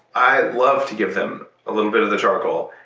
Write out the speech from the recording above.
i love to give them a little bit of the charcoal.